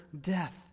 death